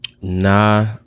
nah